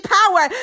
power